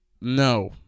no